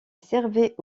servait